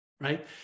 right